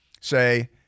say